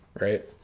Right